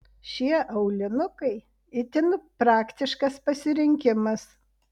šie aulinukai itin praktiškas pasirinkimas